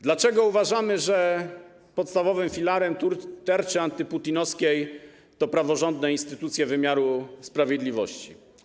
Dlaczego uważamy, że podstawowy filar tarczy antyputinowskiej stanowią praworządne instytucje wymiaru sprawiedliwości?